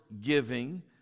giving